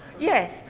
yes,